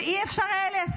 ולא היה אפשר ליישם,